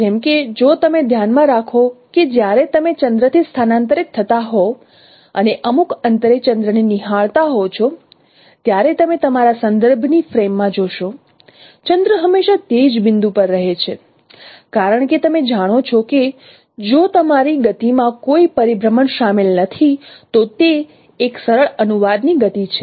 જેમ કે જો તમે ધ્યાનમાં રાખો કે જ્યારે તમે ચંદ્ર થી સ્થાનાંતરિત થતા હોવ અને અમુક અંતરે ચંદ્રને નિહાળતા હોવ છો ત્યારે તમે તમારા સંદર્ભની ફ્રેમમાં જોશો ચંદ્ર હંમેશાં તે જ બિંદુ પર રહે છે કારણ કે તમે જાણો છો કે જો તમારી ગતિમાં કોઈ પરિભ્રમણ શામેલ નથી તો તે એક સરળ અનુવાદની ગતિ છે